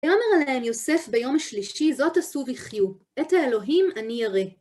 ויאמר עליהם יוסף ביום השלישי, זאת עשו ויחיו, את האלוהים אני ירא.